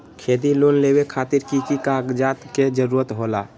खेती लोन लेबे खातिर की की कागजात के जरूरत होला?